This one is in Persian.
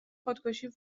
خودکشی